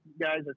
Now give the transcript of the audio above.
guys